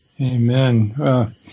Amen